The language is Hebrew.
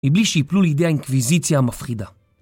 אי בלי שיפלו לידי האינקוויזיציה המפחידה.